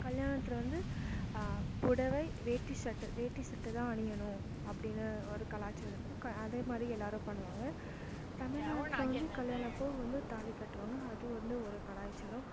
கல்யாணத்தில் வந்து புடவை வேட்டி ஷர்ட்டு வேட்டி ஷர்ட்டு தான் அணியணும் அப்படின்னு ஒரு கலாச்சாரம் இருக்குது க அதேமாதிரி எல்லாரும் பண்ணுவாங்க தமிழ்நாட்டில் வந்து கல்யாணப்போ வந்து தாலி கட்டுவாங்க அது வந்து ஒரு கலாச்சாரம்